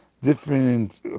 different